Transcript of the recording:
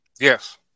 Yes